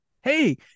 Hey